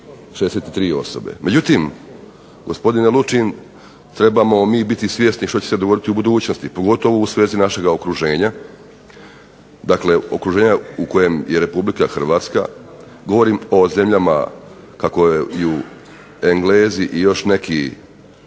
63 osobe. Međutim, gospodine Lučin trebamo mi biti svjesni što će se dogoditi u budućnosti pogotovo u svezi našega okruženja. Dakle, okruženja u kojem je Republika Hrvatska. Govorim o zemljama kako je Englezi i još neki